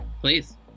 please